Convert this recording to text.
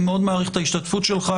אני מאוד מעריך את ההשתתפות שלך,